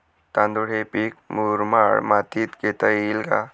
तांदूळ हे पीक मुरमाड मातीत घेता येईल का?